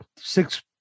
six